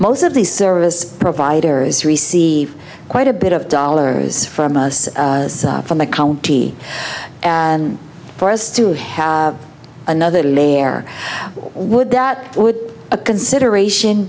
most of the service providers receive quite a bit of dollars from us from the county and for us to have another layer would that would a consideration